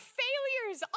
failures